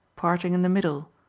parting in the middle,